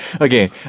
Okay